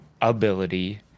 ability